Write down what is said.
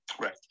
Right